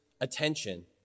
attention